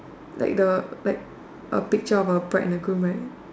like the like a picture of a bride and a groom right